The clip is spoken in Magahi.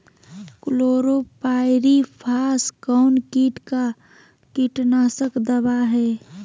क्लोरोपाइरीफास कौन किट का कीटनाशक दवा है?